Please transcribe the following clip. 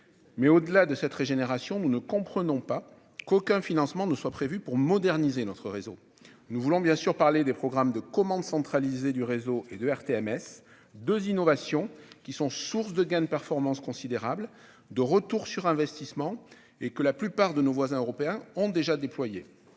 Mais, au-delà de cette régénération, nous ne comprenons pas qu'aucun financement ne soit prévu pour moderniser notre réseau. Nous voulons bien sûr parler des programmes de commande centralisée du réseau et d'ERTMS, le système européen de signalisation ferroviaire, deux innovations qui sont sources de gains de performance considérables, de retours sur investissement et que la plupart de nos voisins européens ont déjà déployées.